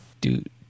Dude